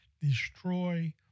destroy